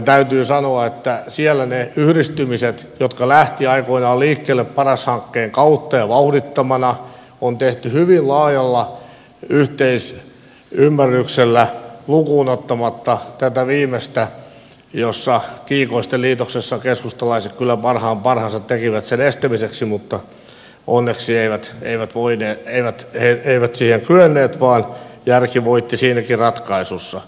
täytyy sanoa että siellä ne yhdistymiset jotka lähtivät aikoinaan liikkeelle paras hankkeen kautta ja vauhdittamina on tehty hyvin laajalla yhteisymmärryksellä lukuun ottamatta tätä viimeistä jossa kiikoisten liitoksessa keskustalaiset kyllä parhaansa tekivät sen estämiseksi mutta onneksi eivät eivät voineet eivät he eivät siihen kyenneet vaan järki voitti siinäkin ratkaisussa